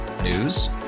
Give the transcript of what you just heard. News